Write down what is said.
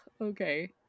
okay